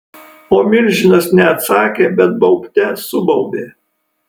o milžinas ne atsakė bet baubte subaubė